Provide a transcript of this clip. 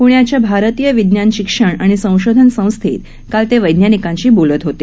पुण्याच्या भारतीय विज्ञान शिक्षण आणि संशोधन संस्थेत काल ते वैज्ञानिकांशी बोलत हेते